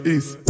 East